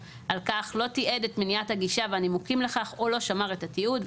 לא תיעד את מניעת הגישה והנימוקים לכך או לא שמר את התיעוד,